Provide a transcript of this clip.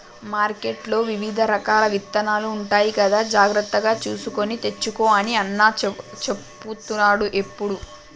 మార్కెట్లో వివిధ రకాల విత్తనాలు ఉంటాయి కదా జాగ్రత్తగా చూసుకొని తెచ్చుకో అని అన్న చెపుతాడు ఎప్పుడు